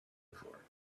before